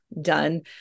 done